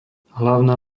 hlavná